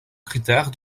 critère